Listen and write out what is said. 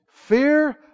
Fear